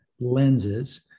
lenses